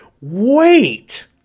Wait